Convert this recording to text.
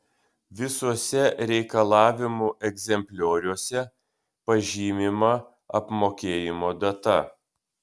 visuose reikalavimų egzemplioriuose pažymima apmokėjimo data